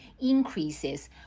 increases